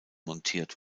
montiert